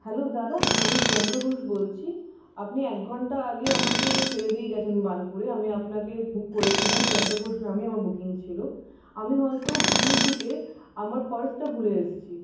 hello দাদা আমি প্রিয়াঙ্কা ঘোষ বলছি আপনি এক ঘন্টা আগে আমাকে ছেড়ে দিয়ে গেছেন বানপুরে আমি আপনাকে বুক করেছিলাম প্রিয়াঙ্কা ঘোষ নামে আমার বুকিং ছিল আমি হয়তো পিছন সিটে আমার পার্সটা ভুলে এসছি